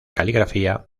caligrafía